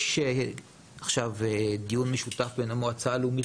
יש עכשיו דיון משותף בין המועצה הלאומית